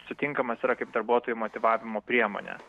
sutinkamas yra kaip darbuotojų motyvavimo priemonė